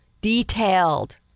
detailed